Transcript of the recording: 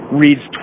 reads